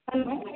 hello